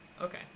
Okay